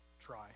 try